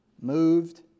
Moved